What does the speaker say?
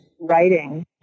writing